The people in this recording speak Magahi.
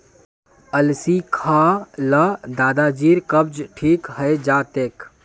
अलसी खा ल दादाजीर कब्ज ठीक हइ जा तेक